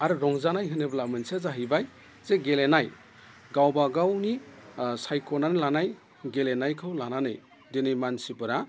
आरो रंजानाय होनोब्ला मोनसेया जाहैबाय जे गेलेनाय गावबागावनि सायखनानै लानाय गेलेनायखौ लानानै दिनै मानसिफोरा